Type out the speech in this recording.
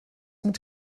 mit